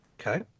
Okay